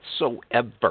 whatsoever